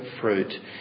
fruit